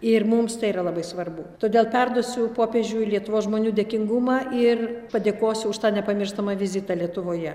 ir mums tai yra labai svarbu todėl perduosiu popiežiui lietuvos žmonių dėkingumą ir padėkosiu už tą nepamirštamą vizitą lietuvoje